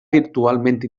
virtualment